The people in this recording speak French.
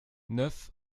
neuf